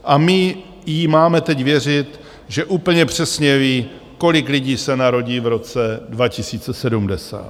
A my jí máme teď věřit, že úplně přesně ví, kolik lidí se narodí v roce 2070.